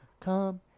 Come